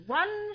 one